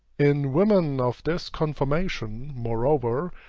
in women of this conformation, moreover,